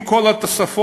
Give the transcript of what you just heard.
עם כל התוספות,